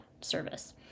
service